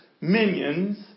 minions